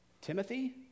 Timothy